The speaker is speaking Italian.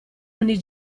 ogni